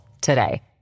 today